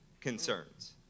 concerns